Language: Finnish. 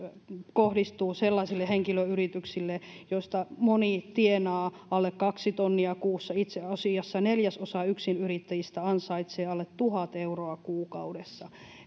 kohdistuu sellaisille henkilöyrityksille joista moni tienaa alle kaksi tonnia kuussa itse asiassa neljäsosa yksinyrittäjistä ansaitsee alle tuhat euroa kuukaudessa